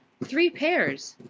three pairs!